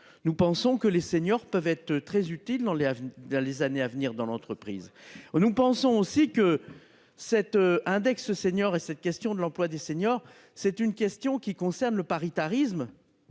Nous pensons que les seniors peuvent être très utiles dans les, dans les années à venir dans l'entreprise on nous pensons aussi que cet index seniors et cette question de l'emploi des seniors. C'est une question qui concerne le paritarisme.